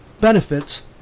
benefits